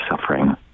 suffering